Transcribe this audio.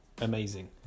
amazing